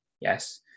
yes